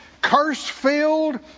curse-filled